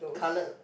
coloured